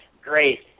great